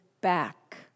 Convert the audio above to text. back